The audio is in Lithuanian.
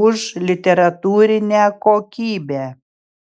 už literatūrinę kokybę